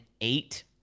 eight